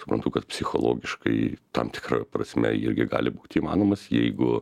suprantu kad psichologiškai tam tikra prasme irgi gali būti įmanomas jeigu